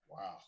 Wow